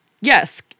yes